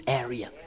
area